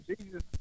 Jesus